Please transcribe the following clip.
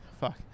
Fuck